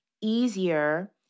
easier